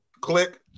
click